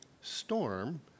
storm